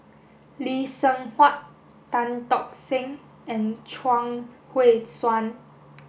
Lee Seng Huat Tan Tock Seng and Chuang Hui Tsuan